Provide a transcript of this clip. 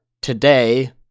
today